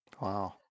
Wow